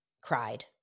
cried